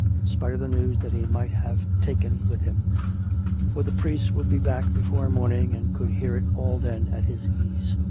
in spite of the news that he might have taken with him for the priest would be back before morning and could hear it all then at his ease.